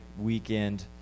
Weekend